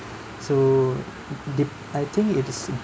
so dep~ I think it is